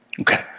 Okay